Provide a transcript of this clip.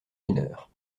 mineur